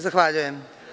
Zahvaljujem.